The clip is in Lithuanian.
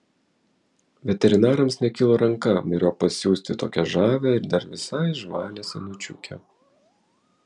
veterinarams nekilo ranką myriop pasiųsti tokią žavią ir dar visai žvalią senučiukę